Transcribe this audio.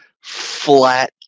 flat